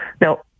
Now